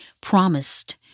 promised